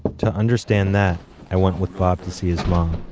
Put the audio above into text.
to understand that i went with bob to see his mum,